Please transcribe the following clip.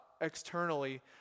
externally